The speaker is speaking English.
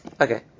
Okay